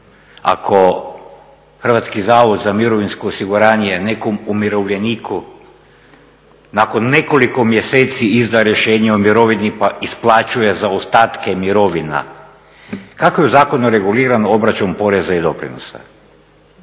ako Hrvatski zavod za mirovinsko osiguranje nekom umirovljeniku nakon nekoliko mjeseci izda rješenje o mirovini pa isplaćuje zaostatke mirovina kako je u zakonu reguliran obračun poreza i doprinosa.